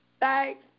Thanks